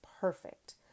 perfect